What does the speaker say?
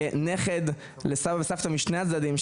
כנכד לסבא וסבתא משני הצדדים,